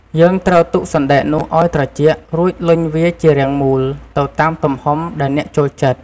យើងត្រូវទុកសណ្ដែកនោះឲ្យត្រជាក់ រួចលុញវាជារាងមូល ទៅតាមទំហំដែលអ្នកចូលចិត្ត។